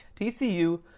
TCU